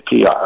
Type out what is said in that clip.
PR